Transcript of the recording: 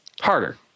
Harder